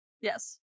Yes